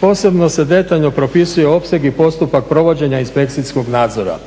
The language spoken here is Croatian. Posebno se detaljno propisuje opseg i postupak provođenja inspekcijskog nadzora.